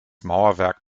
mauerwerk